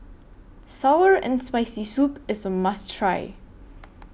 Sour and Spicy Soup IS A must Try